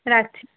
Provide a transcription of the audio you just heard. রাখছি